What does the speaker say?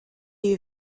you